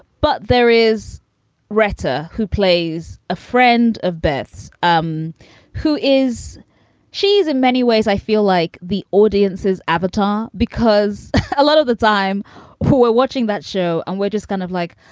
but there is retter who plays a friend of beth's. um who is she is in many ways, i feel like the audiences avatar because a lot of the time who were watching that show and we're just kind of like,